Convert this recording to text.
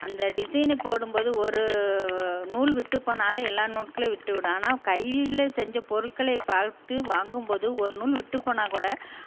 அந்த டிஸைன் போடும்போது ஒரு நூல் விட்டுப்போனாலே எல்லா நூட்களும் விட்டுவிடும் ஆனால் கையில செஞ்சப் பொருட்களை பார்த்து வாங்கும்போது ஒரு நூல் விட்டுப்போனால் கூட